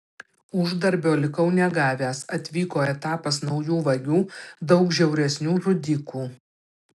uždarbio likau negavęs atvyko etapas naujų vagių daug žiauresnių žudikų